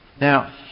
now